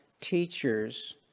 teachers